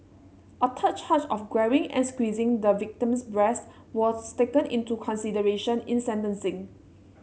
a third charge of grabbing and squeezing the victim's breast was taken into consideration in sentencing